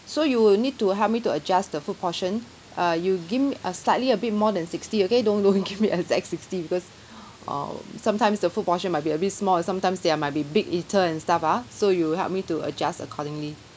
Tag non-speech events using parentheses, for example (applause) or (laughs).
so you will need to help me to adjust the food portion uh you give me uh slightly a bit more than sixty okay (laughs) don't don't give me exact sixty because (breath) um sometimes the food portion might be a bit small and sometimes they are might be big eater and stuff ah so you help me to adjust accordingly